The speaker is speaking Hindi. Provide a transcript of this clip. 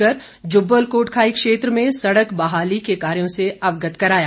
से भेंट कर जुब्बल कोटखाई क्षेत्र में सड़क बहाली के कार्यो से अवगत कराया